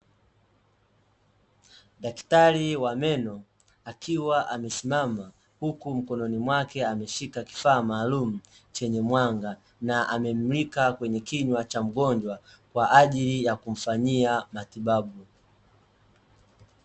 Daktari wa meno akiwa amesimama, huku mkononi mwake ameshika kifaa maalumu chenye mwanga, na amemulika kwenye kinywa cha mgonjwa kwa ajili ya kumfanyia matibabu.